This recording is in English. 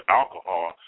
alcohol